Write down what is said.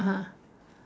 (uh huh)